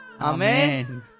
Amen